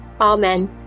amen